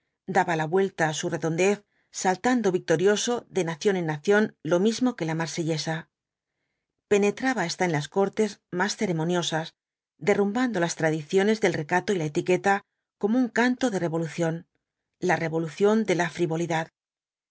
daba la vuelta á su redondez saltando victorioso de nación en nación lo mismo qae la marsellesa penetraba hasta en las cortes más ceremoniosas derrumbando las tradiciones del recato y la etiqueta como un canto de revolución la revolución de la frivolidad